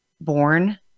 born